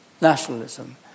nationalism